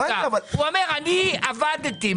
הוא אומר: אני עבדתי,